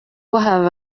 have